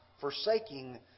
forsaking